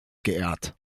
geehrt